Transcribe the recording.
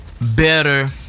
better